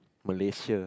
Malaysia